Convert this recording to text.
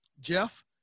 Jeff